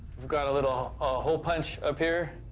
i've got a little ah hole punch up here.